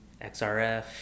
XRF